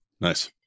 Nice